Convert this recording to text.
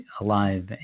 alive